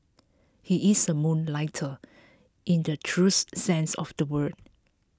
he is a moonlighter in the truest sense of the word